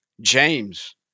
James